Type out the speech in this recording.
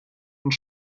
und